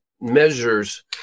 measures